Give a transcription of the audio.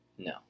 No